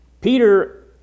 Peter